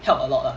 help a lot lah